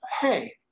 hey